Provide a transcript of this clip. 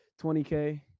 20K